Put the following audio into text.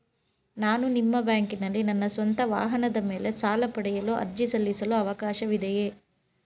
ನಾನು ನಿಮ್ಮ ಬ್ಯಾಂಕಿನಲ್ಲಿ ನನ್ನ ಸ್ವಂತ ವಾಹನದ ಮೇಲೆ ಸಾಲ ಪಡೆಯಲು ಅರ್ಜಿ ಸಲ್ಲಿಸಲು ಅವಕಾಶವಿದೆಯೇ?